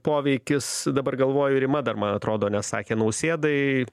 poveikis dabar galvoju rima dar man atrodo nesakė nausėdai